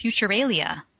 Futuralia